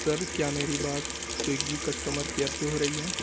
سر کیا میری بات سویگی کسٹمر کیئر سے ہو رہی ہے